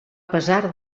pesar